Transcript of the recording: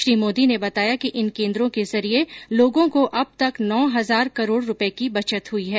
श्री मोदी ने बताया कि इन केन्द्रों के जरिए लोगों को अब तक नौ हजार करोड़ रुपये की बचत हई है